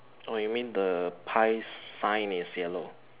oh you mean the pie sign is yellow